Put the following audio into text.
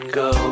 go